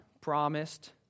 promised